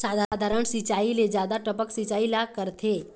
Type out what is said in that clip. साधारण सिचायी ले जादा टपक सिचायी ला करथे